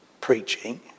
preaching